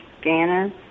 scanner